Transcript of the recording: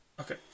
Okay